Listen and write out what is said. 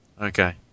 Okay